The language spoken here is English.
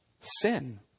sin